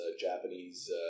Japanese